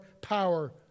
power